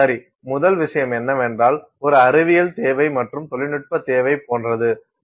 சரி முதல் விஷயம் என்னவென்றால் ஒரு அறிவியல் தேவை மற்றும் தொழில்நுட்ப தேவை போன்றது